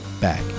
back